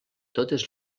totes